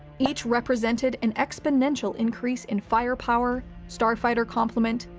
each represented an exponential increase in firepower, starfighter compliment,